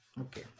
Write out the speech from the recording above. Okay